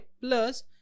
Plus